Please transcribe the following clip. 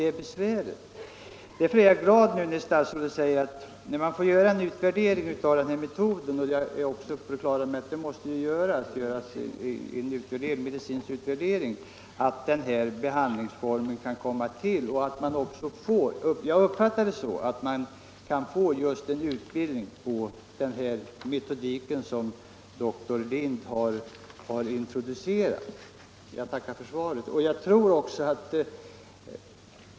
Mot denna bakgrund är jag glad över att statsrådet nu säger att när man får göra en utvärdering av metoden — jag är på det klara med att det måste göras en medicinsk utvärdering — kan behandlingsformen komma att tillämpas. Jag uppfattar det så att det kan bli en utbildning avseende den metodik som dr Lind har introducerat. Jag tackar alltså för beskedet.